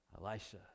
Elisha